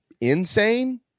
insane